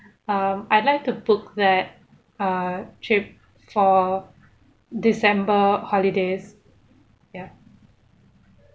um I'd like to book that uh trip for december holidays ya